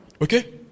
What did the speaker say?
Okay